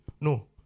No